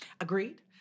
Agreed